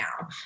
now